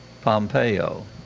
Pompeo